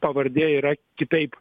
pavardė yra kitaip